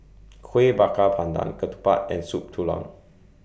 Kueh Bakar Pandan Ketupat and Soup Tulang